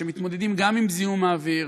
שמתמודדים גם עם זיהום האוויר,